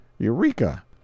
Eureka